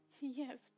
Yes